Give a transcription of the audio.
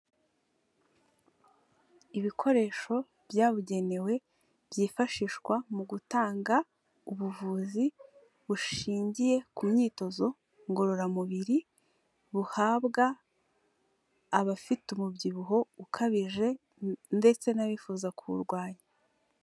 Ibikoresho byabugenewe byifashishwa mu gutanga ubuvuzi bushingiye ku myitozo ngororamubiri, buhabwa abafite umubyibuho ukabije ndetse n'abifuza kuwurwanya.